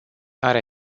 are